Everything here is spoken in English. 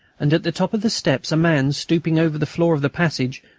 and at the top of the steps a man, stooping over the floor of the passage,